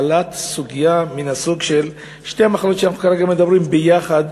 שהעלאת סוגיה מן הסוג של שתי המחלות שאנחנו כרגע מדברים עליהן ביחד,